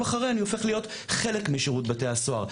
אחרי אני הופך להיות חלק משירות בתי הסוהר,